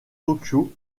tokyo